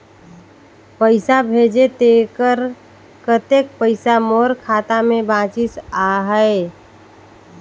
पइसा भेजे तेकर कतेक पइसा मोर खाता मे बाचिस आहाय?